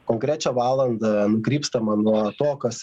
konkrečią valandą nukrypstama nuo to kas